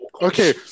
Okay